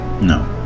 No